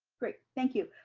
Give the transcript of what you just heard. great. thank you.